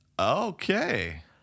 Okay